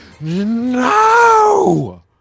no